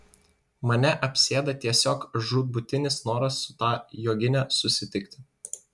mane apsėda tiesiog žūtbūtinis noras su ta jogine susitikti